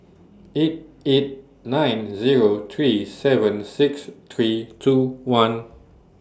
eight eight nine Zero three seven six three two one